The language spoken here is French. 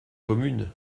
commune